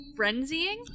frenzying